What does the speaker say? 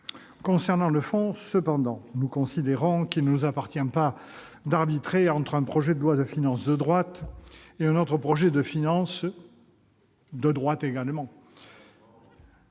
Concernant le fond, cependant, nous considérons qu'il ne nous appartient pas d'arbitrer entre un projet de loi de finances de droite et un projet de loi de finances de droite. Allons